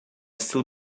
still